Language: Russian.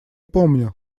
помню